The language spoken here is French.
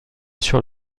sur